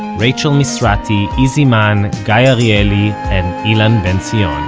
rachel misrati, izi mann, guy arieli and ilan ben-zion ah